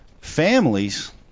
families